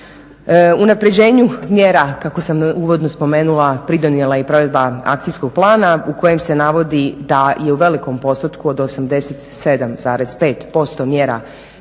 Unapređenju mjera kako sam uvodno spomenula pridonijela je i provedba akcijskog plana u kojem se navodi da je u velikom postotku od 87,5% mjera i